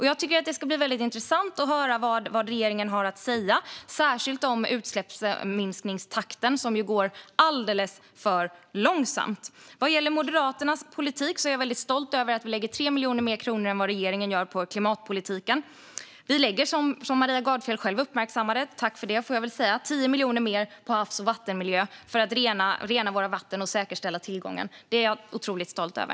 Jag tycker att det ska bli väldigt intressant att höra vad regeringen har att säga, särskilt om utsläppsminskningstakten som ju är alldeles för långsam. Vad gäller Moderaternas politik är jag väldigt stolt över att vi lägger 3 miljoner kronor mer än vad regeringen gör på klimatpolitiken. Maria Gardfjell uppmärksammade själv - tack för det! - att vi lägger 10 miljoner kronor mer på havs och vattenmiljö för att rena våra vatten och säkerställa tillgången. Det är jag otroligt stolt över.